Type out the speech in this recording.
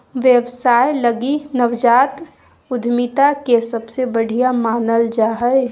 व्यवसाय लगी नवजात उद्यमिता के सबसे बढ़िया मानल जा हइ